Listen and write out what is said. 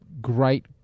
great